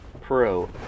pro